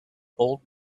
old